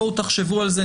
בואו תחשבו על זה,